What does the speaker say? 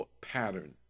pattern